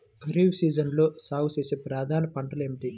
ఖరీఫ్ సీజన్లో సాగుచేసే ప్రధాన పంటలు ఏమిటీ?